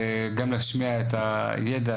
גם להשמיע את הידע,